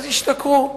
אז השתכרו,